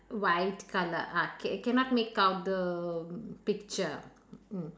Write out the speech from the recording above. white colour ah ca~ cannot make out the picture mm